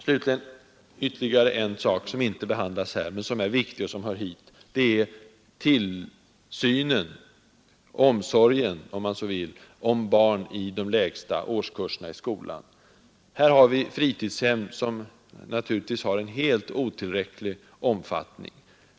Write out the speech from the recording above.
Det finns ytterligare en sak som inte behandlas här men som är viktig och hör hit, nämligen omsorgen om barn i skolans lägsta årsklasser. Vi har fritidshem, men i helt otillräcklig omfattning.